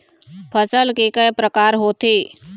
फसल के कय प्रकार होथे?